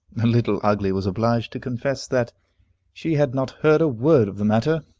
little ugly was obliged to confess that she had not heard a word of the matter,